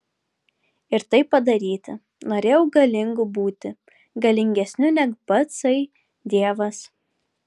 ir tai padaryti norėjau galingu būti galingesniu neg patsai dievas